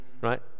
Right